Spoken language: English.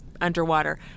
underwater